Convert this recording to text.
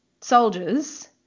soldiers